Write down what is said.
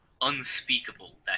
unspeakable